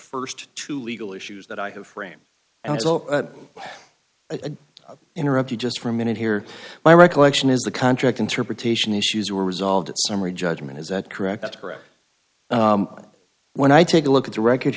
the st two legal issues that i have frame and it's a interrupt you just for a minute here my recollection is the contract interpretation issues were resolved at summary judgment is that correct that's correct when i take a look at the record